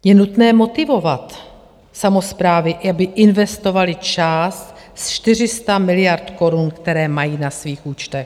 Je nutné motivovat samosprávy, aby investovaly část ze 400 miliard korun, které mají na svých účtech.